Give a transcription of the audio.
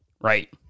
right